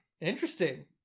Interesting